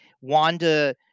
Wanda